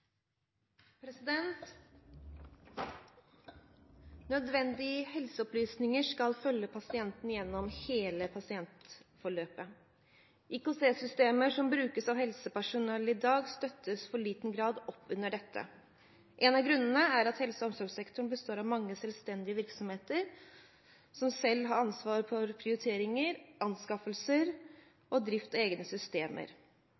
helseopplysninger skal følge pasienten gjennom hele pasientforløpet. IKT-systemer som brukes av helsepersonell i dag, støtter i for liten grad opp under dette. En av grunnene er at helse- og omsorgssektoren består av mange selvstendige virksomheter som selv har ansvar for prioriteringer,